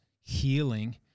healing